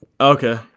Okay